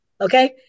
okay